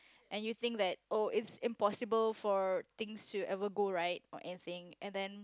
and you think that oh it's impossible for things to ever go right or anything and then